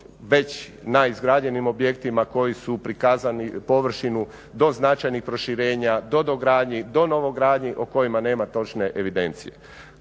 već na izgrađenim objektima koji su prikazani površnu do značajnih proširenja, do dogradnji, do novogradnji o kojima nema točne evidencije.